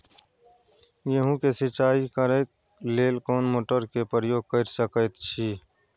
गेहूं के सिंचाई करे लेल कोन मोटर के प्रयोग कैर सकेत छी?